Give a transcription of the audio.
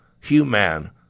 human